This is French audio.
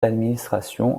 l’administration